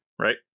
right